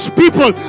people